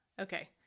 okay